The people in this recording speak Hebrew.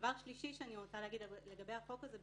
דבר שלישי שאני רוצה להגיד לגבי החוק הזה הוא